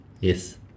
Yes